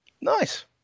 Nice